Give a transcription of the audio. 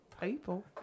People